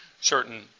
Certain